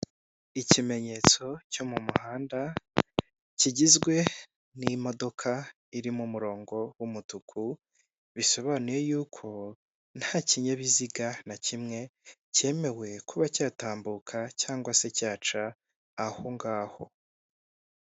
Ikimenyetso cyo mu muhanda kigizwe n'imodoka irimo umurongo w'umutuku, bisobanuye yuko nta kinyabiziga na kimwe cyemewe kuba cyatambuka cyangwa se cyaca aho ngaho.